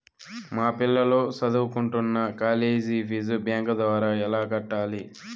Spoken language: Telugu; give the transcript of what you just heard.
మా పిల్లలు సదువుకుంటున్న కాలేజీ ఫీజు బ్యాంకు ద్వారా ఎలా కట్టాలి?